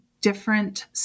different